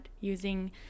using